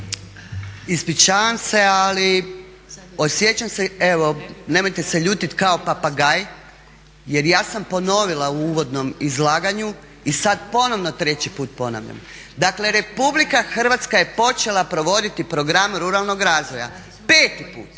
Ispričavam se ali osjećam se nemojte se ljutiti kao papagaj jer ja sam ponovila u uvodnom izlaganju i sada ponovno treći puta ponavljam. Dakle RH je počela provodi program ruralnog razvoja, 5.put